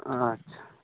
ᱟᱪᱪᱷᱟ